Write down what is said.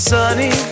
Sunny